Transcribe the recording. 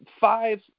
five